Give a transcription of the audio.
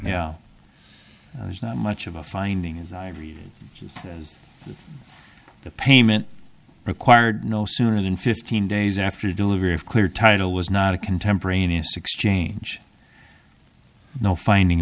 there's not much of a finding as i read it just as the payment required no sooner than fifteen days after the delivery of clear title was not a contemporaneous exchange no finding